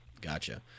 gotcha